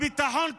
הביטחון קרס?